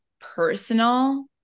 personal